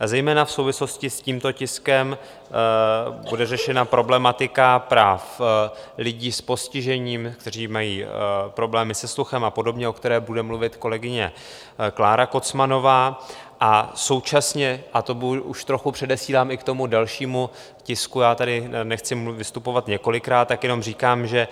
A zejména v souvislosti s tímto tiskem bude řešena problematika práv lidí s postižením, kteří mají problémy se sluchem a podobně, o které bude mluvit kolegyně Klára Kocmanová, a současně, a to už trochu předesílám i k tomu dalšímu tisku já tady nechci vystupovat několikrát, tak jenom říkám, že